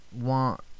want